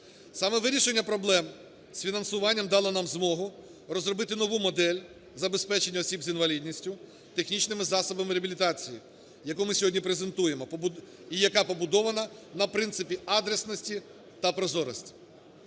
Саме вирішення проблем з фінансуванням дало нам змогу розробити нову модель забезпечення осіб з інвалідністю технічними засобами реабілітації, яку ми сьогодні презентуємо і яка побудована на принципі адресності та прозорості.